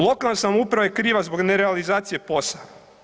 Lokalna samouprava je kriva zbog nerealizacije POS-a.